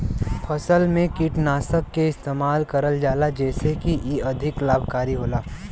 फसल में कीटनाशक के इस्तेमाल करल जाला जेसे की इ अधिक लाभकारी होला